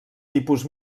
tipus